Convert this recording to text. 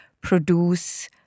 produce